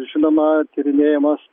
žinoma tyrinėjamos